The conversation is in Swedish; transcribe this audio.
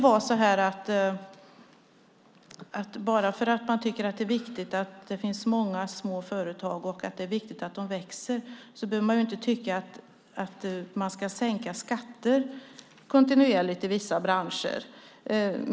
Bara för att man tycker att det är viktigt att det finns många små företag och att de växer behöver man inte tycka att skatter ska sänkas kontinuerligt i vissa branscher.